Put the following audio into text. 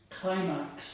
climax